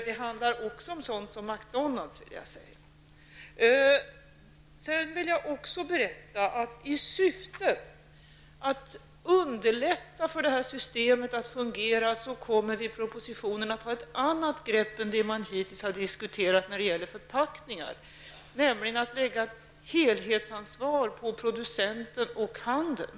Det handlar också om t.ex. Mc Donalds. När det gäller förpackningar kommer vi i propositionen att ta ett annat grepp, än det man hittills diskuterat, i syfte att underlätta för det här systemet att fungera, nämligen att lägga ett helhetsansvar på producenterna och handeln.